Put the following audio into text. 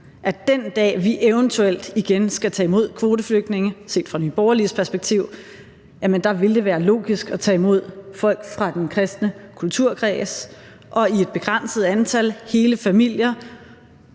at den dag, vi eventuelt igen skal tage imod kvoteflygtninge – set fra Nye Borgerliges perspektiv – vil det være logisk at tage imod folk fra den kristne kulturkreds og i et begrænset antal, hele familier,